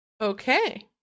Okay